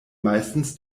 meistens